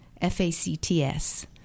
F-A-C-T-S